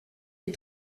les